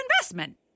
investment